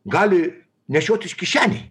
gali nešiotis kišenėj